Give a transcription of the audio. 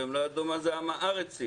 ולא ידעו מה זה "עם הארצים".